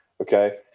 Okay